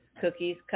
cookies